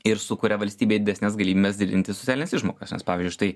ir sukuria valstybei didesnes galimybes didinti socialines išmokas nes pavyzdžiui štai